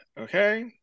Okay